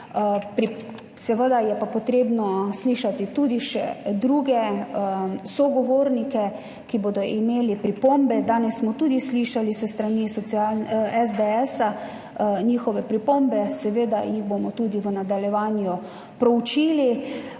seveda je pa treba slišati tudi še druge sogovornike, ki bodo imeli pripombe. Danes smo slišali s strani SDS njihove pripombe, seveda jih bomo tudi v nadaljevanju proučili.